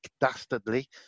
Dastardly